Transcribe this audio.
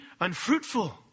unfruitful